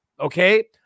okay